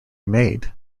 made